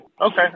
Okay